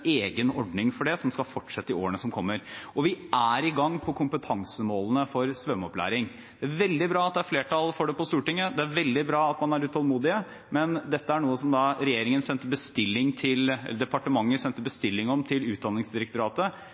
egen ordning – for dette, som skal fortsette i årene som kommer. Og vi er i gang med kompetansemålene for svømmeopplæring. Det er veldig bra at det er flertall for det på Stortinget, det er veldig bra at man er utålmodig, men dette er noe som departementet sendte bestilling om til